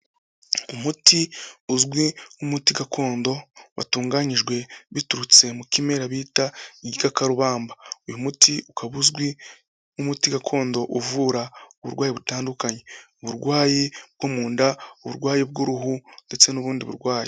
Umuti uzwi nk'umuti gakondo, watunganyijwe biturutse mu kimera bita igi, kakarubamba uyu muti ukaba uzwi nk'umuti gakondo uvura uburwayi butandukanye, uburwayi bwo mu nda, uburwayi bw'uruhu ndetse n'ubundi burwayi.